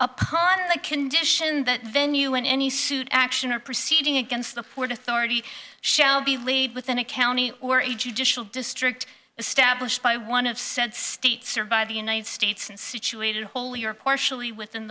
upon the condition that venue in any suit action or proceeding against the port authority shall be laid within a county or a judicial district established by one of said states or by the united states and situated wholly or partially within